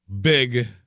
Big